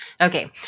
Okay